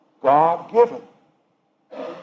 God-given